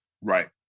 right